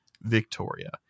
Victoria